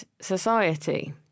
society